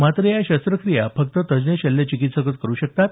मात्र या शस्त्रक्रिया फक्त तज्ज्ञ शल्यचिकित्सक करु शकतात